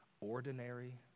ordinary